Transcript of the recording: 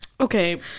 Okay